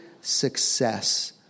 success